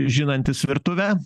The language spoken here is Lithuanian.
žinantis virtuvę